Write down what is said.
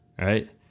right